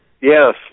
Yes